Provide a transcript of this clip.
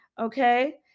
Okay